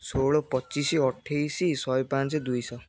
ଷୋହଳ ପଚିଶ ଅଠେଇଶ ଶହେ ପାଞ୍ଚ ଦୁଇଶହ